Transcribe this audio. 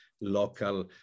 local